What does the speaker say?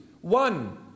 One